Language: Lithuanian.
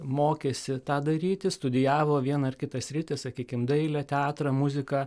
mokėsi tą daryti studijavo vieną ar kitą sritį sakykim dailę teatrą muziką